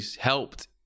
helped